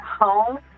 home